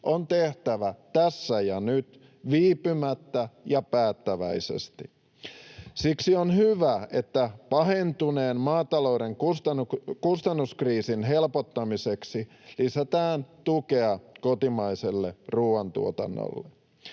on tehtävä tässä ja nyt, viipymättä ja päättäväisesti. Siksi on hyvä, että pahentuneen maatalouden kustannuskriisin helpottamiseksi lisätään tukea kotimaiselle ruoantuotannolle.